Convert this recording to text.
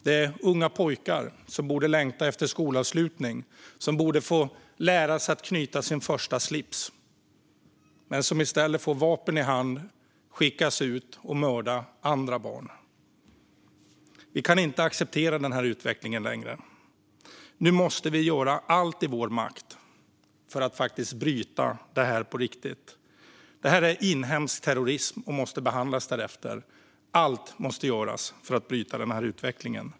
Det är unga pojkar som borde längta efter skolavslutning - som borde få lära sig att knyta sin första slips men som i stället får vapen i hand och skickas att för att mörda andra barn. Vi kan inte acceptera denna utveckling längre. Nu måste vi göra allt i vår makt för att faktiskt bryta detta på riktigt. Detta är inhemsk terrorism och måste behandlas därefter. Allt måste göras för att bryta utvecklingen.